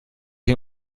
den